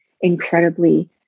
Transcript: incredibly